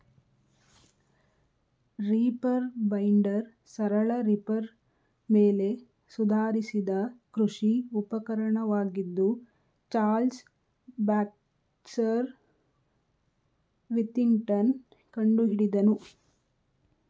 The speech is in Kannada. ರೀಪರ್ ಬೈಂಡರ್ ಸರಳ ರೀಪರ್ ಮೇಲೆ ಸುಧಾರಿಸಿದ ಕೃಷಿ ಉಪಕರಣವಾಗಿದ್ದು ಚಾರ್ಲ್ಸ್ ಬ್ಯಾಕ್ಸ್ಟರ್ ವಿಥಿಂಗ್ಟನ್ ಕಂಡುಹಿಡಿದನು